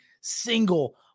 single